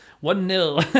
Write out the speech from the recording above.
One-nil